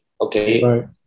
Okay